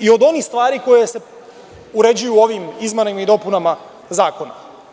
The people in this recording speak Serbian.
i od onih stvari koje se uređuju ovim izmenama i dopunama zakona.